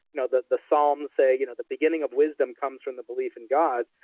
you know that the psalms say, you know the beginning of wisdom comes from the belief in god,